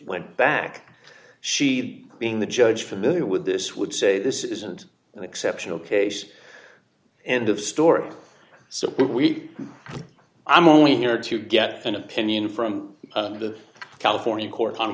went back she being the judge familiar with this would say this isn't an exceptional case and of story so we i'm only here to get an opinion from the california court on